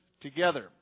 together